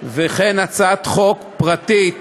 וכן הצעת חוק פרטית